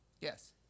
Yes